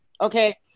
Okay